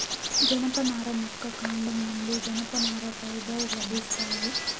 జనపనార మొక్క కాండం నుండి జనపనార ఫైబర్ లభిస్తాది